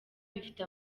bifite